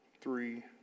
Three